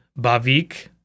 Bavik